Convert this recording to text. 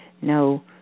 no